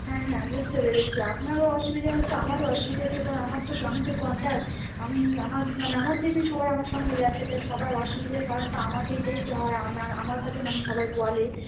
হ্যাঁ হ্যাঁ বুঝতে পেরেছি আপনারও অসুবিধা হচ্ছে আমারও অসুবিধা হচ্ছে কারণ আমার তো স্বামী তো কন্ট্যাক্ট আমি আমার মানে আমার দেখে সবাই আমার সঙ্গে যাচ্ছে তাই সবার অসুবিধার কারণটা আমাকেই দেখতে হয় আম আমার কাছে মানে সবাই বলে